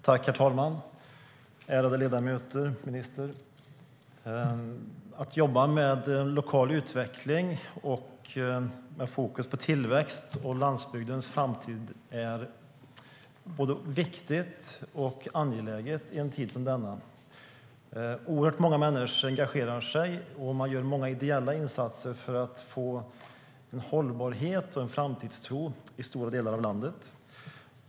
Herr talman, ärade ledamöter och minister! Att jobba med lokal utveckling och med fokus på tillväxt och landsbygdens framtid är både viktigt och angeläget i en tid som denna. Oerhört många människor engagerar sig, och man gör många ideella insatser för att få en hållbarhet och en framtidstro i stora delar av landet.